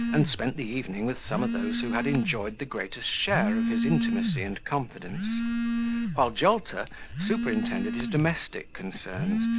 and spent the evening with some of those who had enjoyed the greatest share of his intimacy and confidence while jolter superintended his domestic concerns,